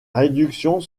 réductions